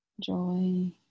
joy